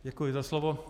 Děkuji za slovo.